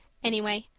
anyway,